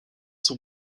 son